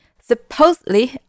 supposedly